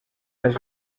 més